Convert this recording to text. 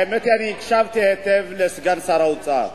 האמת היא, הקשבתי היטב לסגן שר האוצר.